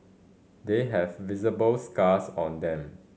they have visible scars on them